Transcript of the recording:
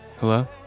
Hello